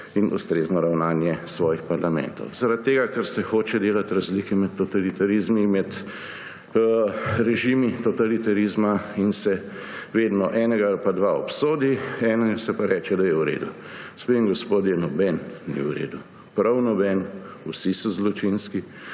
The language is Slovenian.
in ustrezno ravnanje svojih parlamentov? Zaradi tega ker se hoče delati razlike med totalitarizmi, med režimi totalitarizma in se vedno enega ali dva obsodi, enim se pa reče, da je v redu. Gospe in gospodje, nobeden ni v redu, prav nobeden, vsi so zločinski,